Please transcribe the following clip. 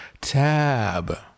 tab